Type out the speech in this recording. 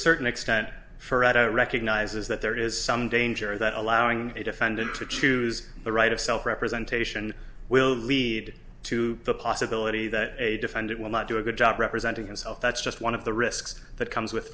certain extent for recognizes that there is some danger that allowing a defendant to choose the right of self representation will lead to the possibility that a defendant will not do a good job representing himself that's just one of the risks that comes with